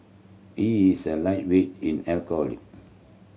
he is a lightweight in alcohol